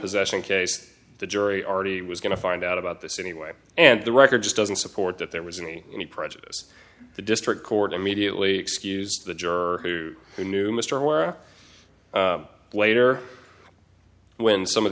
possession case the jury already was going to find out about this anyway and the record just doesn't support that there was any prejudice the district court immediately excused the juror who knew mr were later when some of